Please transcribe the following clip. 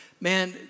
Man